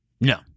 No